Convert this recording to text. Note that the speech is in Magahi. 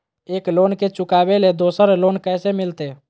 एक लोन के चुकाबे ले दोसर लोन कैसे मिलते?